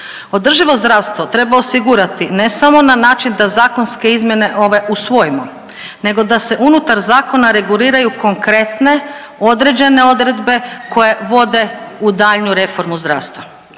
Održivo zdravstvo treba osigurati ne samo na način da zakonske izmjene ove usvojimo nego da se unutar zakona reguliraju konkretne određene odredbe koje vode u daljnju reformu zdravstva.